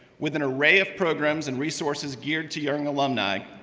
with an array of programs and resources geared to your and alumni,